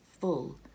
full